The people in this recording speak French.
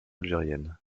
algérienne